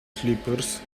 slippers